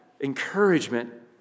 encouragement